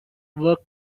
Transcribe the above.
work